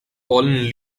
fallen